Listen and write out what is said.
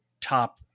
top